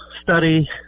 study